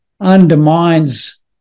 undermines